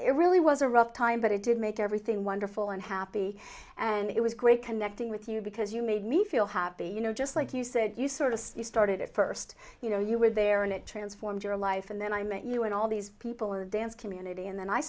it really was a rough time but it did make everything wonderful and happy and it was great connecting with you because you made me feel happy you know just like you said you sort of started at first you know you were there and it transformed your life and then i met you and all these people are dance community and then i